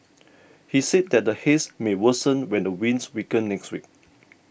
he said that the Haze may worsen when the winds weaken next week